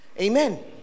Amen